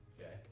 Okay